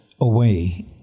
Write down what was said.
away